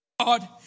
God